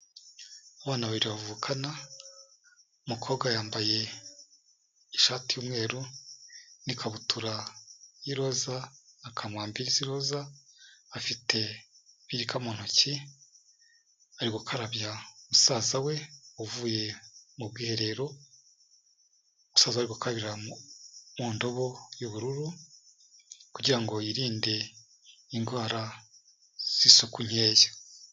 Abana babiri bavukana, umukobwa yambaye ishati y'umweru n'ikabutura y'iroza na kamambiri z'iroza, afite ibinika mu ntoki, ari gukarabya musaza we uvuye mu bwiherero, musaza we ari gukarabira mu ndobo y'ubururu kugira ngo yirinde indwara z'isuku nkeya.